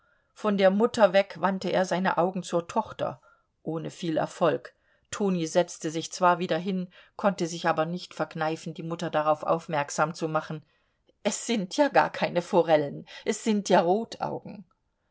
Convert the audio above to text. von der mutter weg wandte er seine augen zur tochter ohne viel erfolg toni setzte sich zwar wieder hin konnte sich aber nicht verkneifen die mutter darauf aufmerksam zu machen es sind ja gar keine forellen es sind ja rotaugen